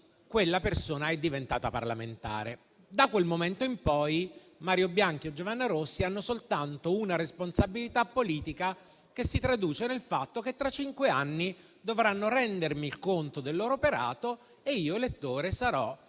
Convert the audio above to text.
quella persona è diventata parlamentare e, da quel momento in poi, Mario Bianchi e Giovanna Rossi hanno soltanto una responsabilità politica. Tale responsabilità si traduce nel fatto che, tra cinque anni, dovranno rendermi conto del loro operato e io, elettore,